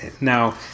Now